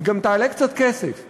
היא גם תעלה קצת כסף,